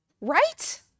right